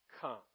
come